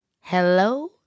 hello